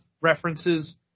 references